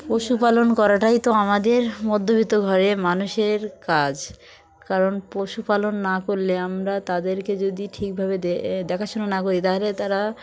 পশুপালন করাটাই তো আমাদের মধ্যবিত্ত ঘরে মানুষের কাজ কারণ পশুপালন না করলে আমরা তাদেরকে যদি ঠিকভাবে দেখাশোনা না করি তাহলে তারা